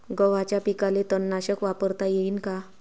गव्हाच्या पिकाले तननाशक वापरता येईन का?